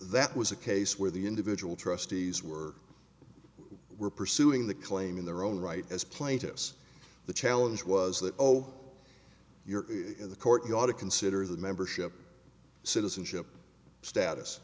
that was a case where the individual trustees were were pursuing the claim in their own right as plaintiffs the challenge was that oh you're in the court you ought to consider the membership citizenship status